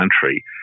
country